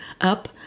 up